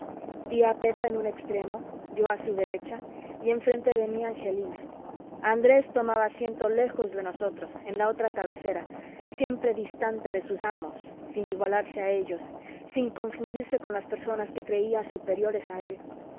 tía pepa en un extremo yo a su derecha y enfrente de mí angelina andrés tomaba asiento lejos de nosotros en la otra cabecera siempre distante de sus amos sin igualarse a ellos sin confundirse con las personas que creía superiores a él